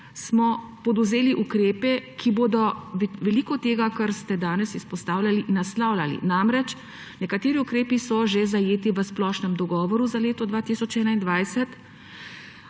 podvzeli ukrepe, ki bodo veliko tega, kar ste danes izpostavljali, naslavljali. Nekateri ukrepi so že zajeti v splošnem dogovoru za leto 2021.